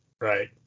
right